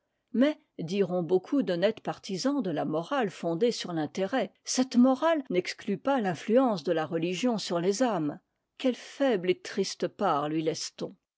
mais diront beaucoup d'honnêtes partisans de la morale fondée sur t'intérêt cette morale n'exclut pas l'influence de la religion sur les âmes quelle faible et triste part lui laisse t on